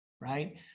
right